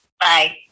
Bye